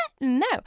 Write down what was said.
no